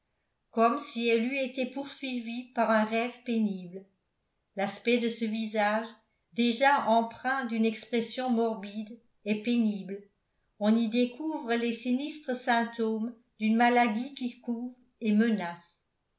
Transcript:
comme si elle eût été poursuivie par un rêve pénible l'aspect de ce visage déjà empreint d'une expression morbide est pénible on y découvre les sinistres symptômes d'une maladie qui couve et menace